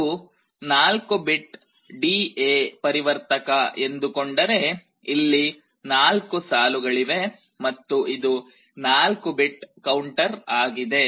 ಇದು 4 bit DA ಪರಿವರ್ತಕ ಎಂದುಕೊಂಡರೆ ಇಲ್ಲಿ 4 ಸಾಲುಗಳಿವೆ ಮತ್ತು ಇದು 4 ಬಿಟ್ ಕೌಂಟರ್ ಆಗಿದೆ